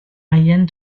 mayenne